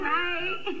right